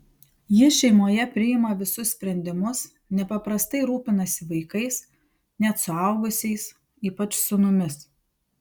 ji šeimoje priima visus sprendimus nepaprastai rūpinasi vaikais net suaugusiais ypač sūnumis